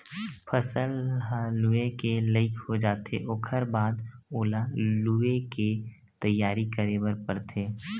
फसल ह लूए के लइक हो जाथे ओखर बाद ओला लुवे के तइयारी करे बर परथे